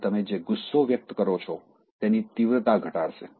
અને તમે જે ગુસ્સો વ્યક્ત કરો છો તેની તીવ્રતા ઘટાડશે